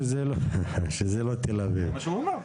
זה מה שהוא אמר.